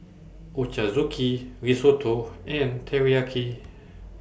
Ochazuke Risotto and Teriyaki